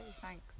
thanks